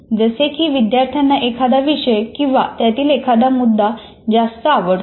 जसे की विद्यार्थ्यांना एखादा विषय किंवा त्यातील एखादा मुद्दा जास्त आवडतो